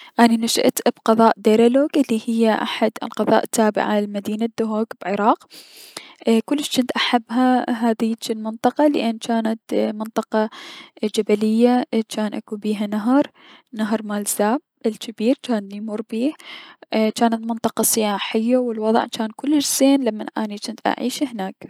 اني نشأت بقضاء ديرلوك الي هي احد القضاء التابعة لمدينة دهوك بعراق اي كلش جنت احبها لهذيج المنطقة لأن جتنت منطقة اي-جبلية و جان اكو بيها نهر- نهر مال زاب جان يمر بيه جانت منطقة سياحية و جان الوضع كلش زين لمن اني جنت اعيش اهناك.